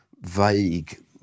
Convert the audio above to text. vague